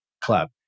club